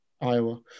Iowa